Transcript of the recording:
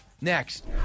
Next